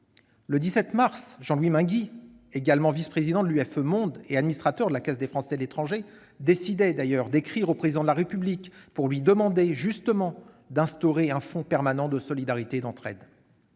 Le 17 mars dernier, Jean-Louis Mainguy, également vice-président de l'UFE Monde et administrateur de la Caisse des Français de l'étranger, a d'ailleurs décidé d'écrire au Président de la République pour lui demander justement d'instaurer un fonds permanent de solidarité et d'entraide.